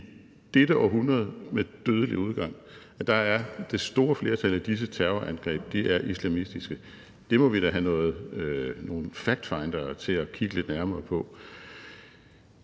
dette århundrede er det store flertal af disse terrorangreb islamistiske. Det må vi da have nogle factfindere til at kigge lidt nærmere på.